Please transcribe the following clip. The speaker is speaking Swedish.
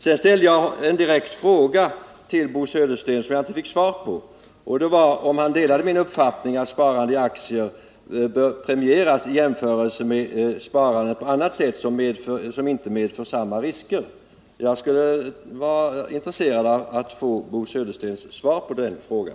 Jag ställde en direkt fråga till Bo Södersten som jag inte fick svar på, nämligen om han delade min uppfattning att sparande i aktier bör premieras i jämförelse med sparande på annat sätt, som inte medför samma risker. Jag skulle vara intresserad av att få Bo Söderstens svar på den frågan.